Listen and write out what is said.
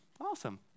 awesome